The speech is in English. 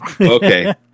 Okay